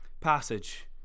passage